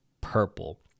purple